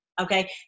okay